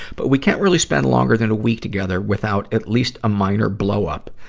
but we can't really spend longer than a week together without at least a minor blow-up.